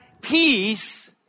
peace